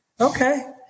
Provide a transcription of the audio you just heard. okay